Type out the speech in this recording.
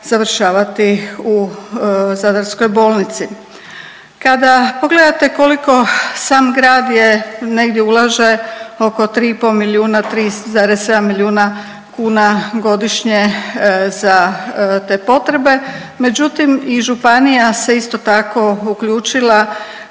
završavati u zadarskoj bolnici. Kada pogledajte koliko sam grad negdje ulaže oko tri i pol milijuna, 3,7 milijuna kuna godišnje za te potrebe, međutim i županija se isto tako uključila,